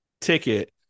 ticket